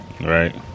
Right